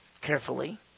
carefully